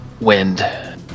wind